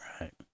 Right